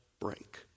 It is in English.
break